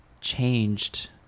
changed